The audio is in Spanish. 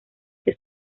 que